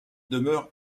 demeure